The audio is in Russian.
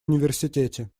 университете